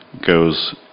goes